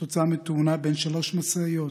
בתאונה בין שלוש משאיות